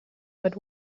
but